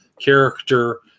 character